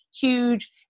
huge